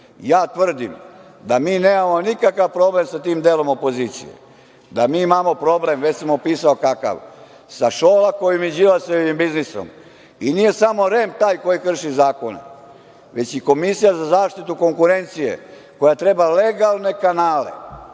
tvrdim da mi nemamo nikakav problem sa tim delom opozicije, da mi imamo problem, već sam opisao kakav, sa Šolakovim i Đilasovim biznisom. I, nije samo REM taj koji krši zakon, već i Komisija za zaštitu konkurencije koja treba legalne kanale,